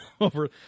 over